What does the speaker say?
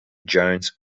jones